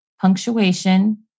punctuation